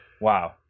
Wow